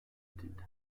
edildi